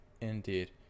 Indeed